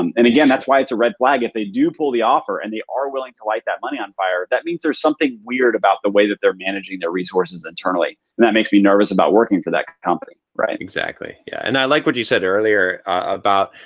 um and again, that's why it's a red flag if they do pull the offer and they are willing to light that money on fire. that means there's something weird about the way that they're managing their resources internally. and that makes me nervous about working for that company, right? exactly. yeah and i like what you said earlier about.